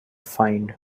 find